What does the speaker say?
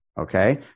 okay